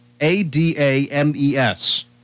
A-D-A-M-E-S